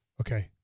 Okay